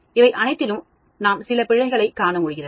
இவை அனைத்திலும் நாம் சில பிழைகளை காணமுடிகிறது